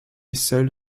seule